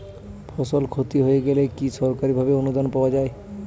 ফসল ক্ষতি হয়ে গেলে কি সরকারি ভাবে অনুদান পাওয়া য়ায়?